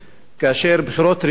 כאשר בחירות ראשונות לנשיאות,